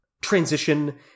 transition